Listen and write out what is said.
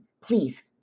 please